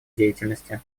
деятельности